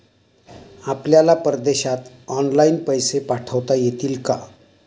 आपल्याला परदेशात ऑनलाइन पैसे पाठवता येतील का?